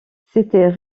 c’était